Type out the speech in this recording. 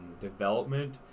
development